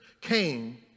came